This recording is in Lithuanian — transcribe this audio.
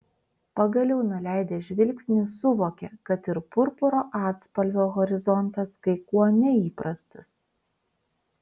pagaliau nuleidęs žvilgsnį suvokė kad ir purpuro atspalvio horizontas kai kuo neįprastas